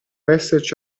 esserci